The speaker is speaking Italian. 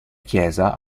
chiesa